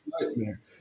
nightmare